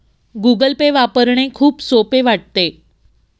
Google Pay वापरणे खूप सोपे वाटते